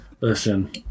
Listen